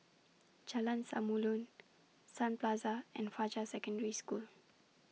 Jalan Samulun Sun Plaza and Fajar Secondary School